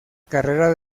carrera